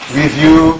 review